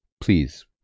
please